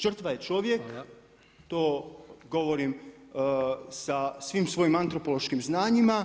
Žrtva je čovjek, to govorim sa svim svojim antropološkim znanjima